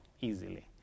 easily